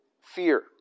fear